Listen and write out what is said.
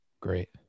Great